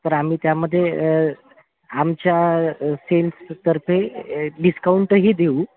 तर आम्ही त्यामध्ये आमच्या सेल्सतर्फे डिस्काउंटही देऊ